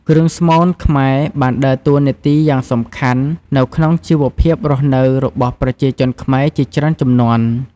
គ្រឿងស្មូនខ្មែរបានដើរតួនាទីយ៉ាងសំខាន់នៅក្នុងជីវភាពរស់នៅរបស់ប្រជាជនខ្មែរជាច្រើនជំនាន់។